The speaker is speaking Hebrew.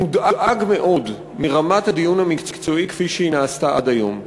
מודאג מאוד מרמת הדיון המקצועי כפי שהיא הייתה עד היום.